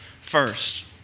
first